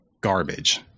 garbage